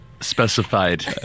specified